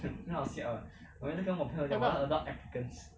adopt